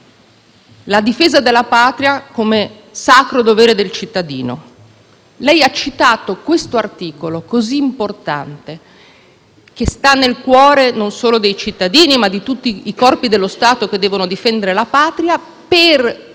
la difesa della Patria come sacro dovere del cittadino. Lei ha citato questo articolo così importante, che sta nel cuore non solo dei cittadini, ma di tutti i corpi dello Stato che devono difendere la Patria, per